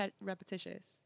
repetitious